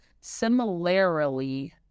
similarly